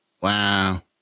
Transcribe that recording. Wow